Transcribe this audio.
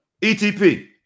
etp